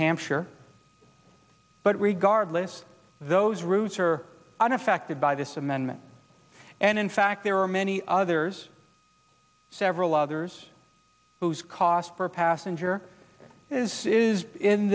hampshire but regardless those routes are unaffected by this amendment and in fact there are many others several others whose cars for a passenger is i